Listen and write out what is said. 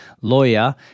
lawyer